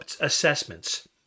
assessments